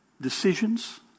decisions